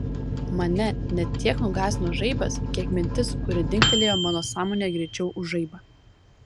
mane ne tiek nugąsdino žaibas kiek mintis kuri dingtelėjo mano sąmonėje greičiau už žaibą